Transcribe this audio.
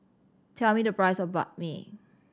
tell me the price of Banh Mi